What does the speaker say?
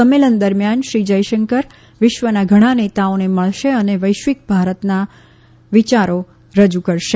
સંમેલન દરમિયાન શ્રી જયશંકર વિશ્વના ઘણા નેતાઓને મળશે અને ભારતના વિચારો રજૂ કરશે